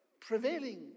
prevailing